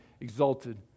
exalted